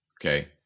Okay